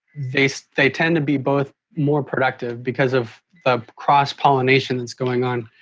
they so they tend to be both more productive because of the cross-pollination that's going on.